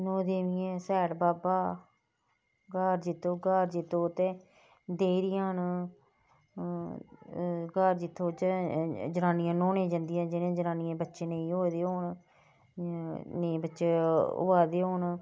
नौ देबियें स्याड़ बाबा घार जित्तो घार जित्तो उत्थै देह्रियां न घार जित्तो जनानियां न्हौने गी जंदियां जि'नें जनानियें गी बच्चे नेईं होऐ दे होन नेईं बच्चे होआ दे होन